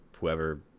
whoever